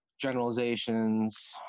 generalizations